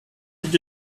did